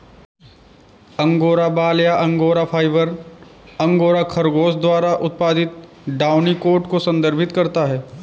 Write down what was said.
angora बाल या angora fibre, angora खरगोश द्वारा उत्पादित डाउनी कोट को संदर्भित करता है